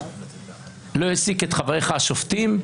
לא העסיק את חבריך השופטים?